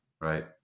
right